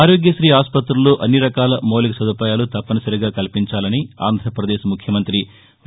ఆరోగ్యత్రీ ఆస్పతుల్లో అన్ని రకాల మౌలిక నదుపాయాలు తప్పనిసరిగా కల్పించాలని ఆంధ్రప్రదేశ్ ముఖ్యమంతి వై